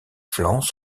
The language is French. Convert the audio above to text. flancs